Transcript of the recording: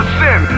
sin